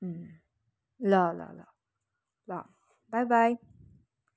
ल ल ल ल बाई बाई